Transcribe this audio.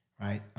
right